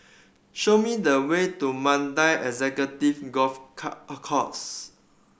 show me the way to Mandai Executive Golf Course